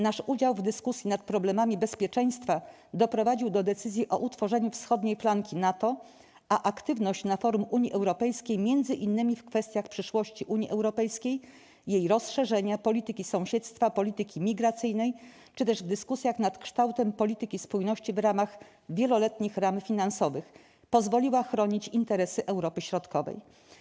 Nasz udział w dyskusji nad problemami bezpieczeństwa doprowadził do decyzji o utworzeniu wschodniej flanki NATO, a aktywność na forum UE - m.in. w kwestiach przyszłości UE, jej rozszerzenia, polityki sąsiedztwa, polityki migracyjnej czy też w dyskusjach nad kształtem polityki spójności w ramach wieloletnich ram finansowych - pozwoliła chronić interesy Europy Środkowej.